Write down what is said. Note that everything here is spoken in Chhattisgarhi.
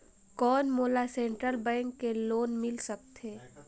कौन मोला सेंट्रल बैंक ले लोन मिल सकथे?